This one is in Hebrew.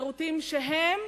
אחרים, שירותים שהם